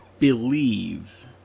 believe